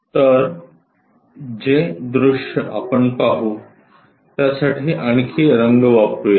तरजे दृश्य आपण पाहू त्यासाठी आणखी काही रंग वापरूया